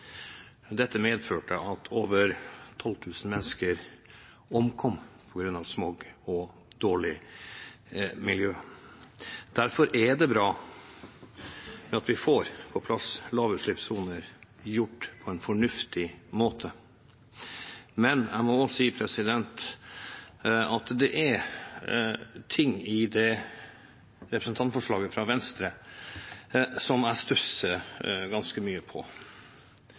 Dette medførte at over 12 000 mennesker omkom på grunn av smog og dårlig miljø. Derfor er det bra at vi får på plass lavutslippssoner gjort på en fornuftig måte. Men jeg må også si at det er ting i det representantforslaget fra Venstre som jeg stusser ganske mye